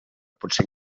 potser